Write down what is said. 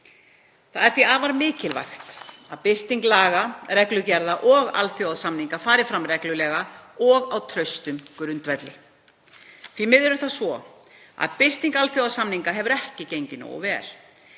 Það er því afar mikilvægt að birting laga, reglugerða og alþjóðasamninga fari fram reglulega og á traustum grundvelli. Því miður er það svo að birting alþjóðasamninga hefur ekki gengið nógu vel.